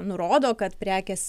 nurodo kad prekės